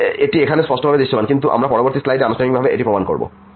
এটি এখানেও স্পষ্টভাবে দৃশ্যমান কিন্তু আমরা পরবর্তী স্লাইডে আনুষ্ঠানিকভাবে এটি প্রমাণ করব